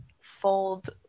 fold